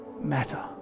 matter